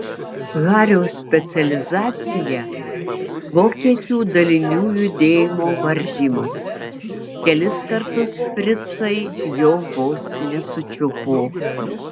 hario specializacija vokiečių dalinių judėjimo varžymas kelis kartus fricai jo vos nesučiupo